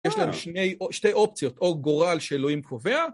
יש לנו שתי אופציות, או גורל שאלוהים קובע.